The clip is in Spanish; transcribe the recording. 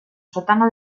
sótano